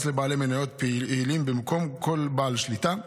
לבעלי מניות פעילים במקום כל בעל שליטה,